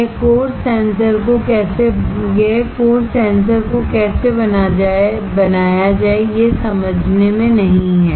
यह course sensor को कैसे बनाया जाए यह समझने में नहीं है